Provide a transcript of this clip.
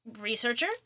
Researcher